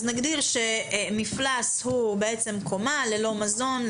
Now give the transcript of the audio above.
נגדיר שמפלס הוא קומה ללא מזון,